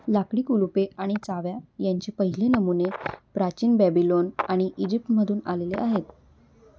लाकडी कुलुपे आणि चाव्या यांचे पहिले नमुने प्राचीन बॅबिलॉन आणि इजिप्तमधून आलेले आहेत